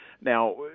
Now